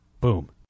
Boom